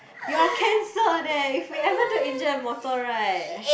you're cancer there if we ever do angel and mortal right